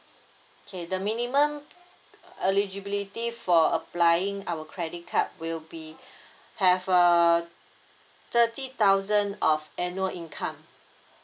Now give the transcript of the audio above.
okay the minimum eligibility for applying our credit card will be have a thirty thousand of annual income